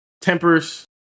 tempers